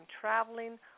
traveling